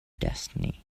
destiny